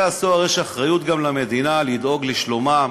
יש אחריות למדינה גם לדאוג לשלומם